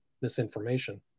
misinformation